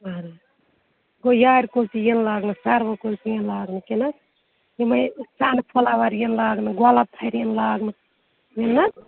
اَہَن حظ گوٚو یارِ کُلۍ تہِ یِن لاگنہٕ سَروٕ کُلۍ تہِ یِن لاگنہٕ کِنہٕ یِمَے سَن فٕلاوَر یِن لاگنہٕ گۄلاب تھَرِ یِن لاگنہٕ یِن نہ حظ